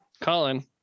Colin